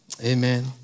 Amen